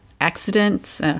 accidents